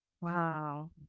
Wow